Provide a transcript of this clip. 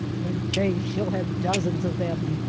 in faith she'll have dozens of them.